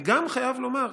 אני גם חייב לומר: